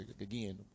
again